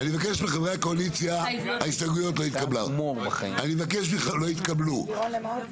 אני אבקש מחברי הקואליציה לנסות להתחבר עוד יותר